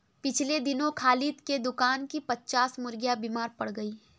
पिछले दिनों खालिद के दुकान की पच्चास मुर्गियां बीमार पड़ गईं